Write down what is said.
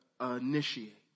initiate